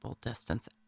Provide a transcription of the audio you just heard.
distance